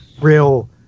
real